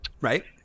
Right